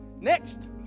next